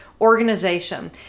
organization